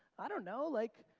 i don't know like